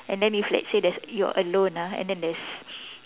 and then if let's say there's you're alone ah and then there's